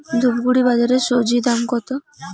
ধূপগুড়ি বাজারের স্বজি দাম?